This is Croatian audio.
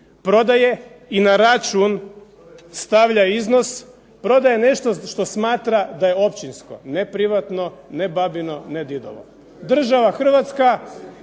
prodaje i na račun stavlja iznos, prodaje nešto što smatra da je općinsko, ne privatno, ne babino, ne didovo. Država Hrvatska